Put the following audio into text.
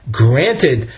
granted